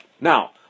Now